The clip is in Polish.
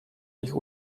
ich